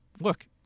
look